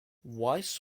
weiss